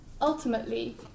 Ultimately